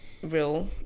Real